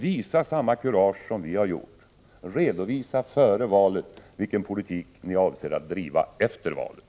Visa samma kurage som vi har gjort — redovisa före valet vilken politik ni avser att driva efter valet.